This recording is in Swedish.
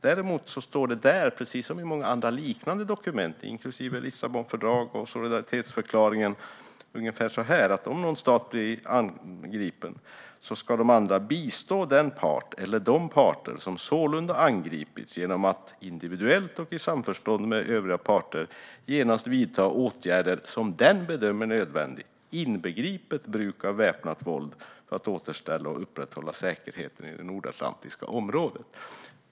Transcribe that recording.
Det står dock där, precis som i många andra liknande dokument, inklusive Lissabonfördraget och solidaritetsförklaringen, att om en stat blir angripen ska de andra bistå den part eller de parter som sålunda angripits genom att individuellt och i samförstånd med övriga parter genast vidta åtgärder som bedöms nödvändiga, inbegripet bruk av väpnat våld, för att återställa och upprätthålla säkerheten i det nordatlantiska området.